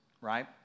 right